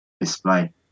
display